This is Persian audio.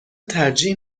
ترجیح